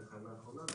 בתחנה האחרונה.